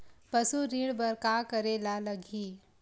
पशु ऋण बर का करे ला लगही?